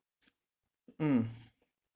mm